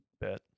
bet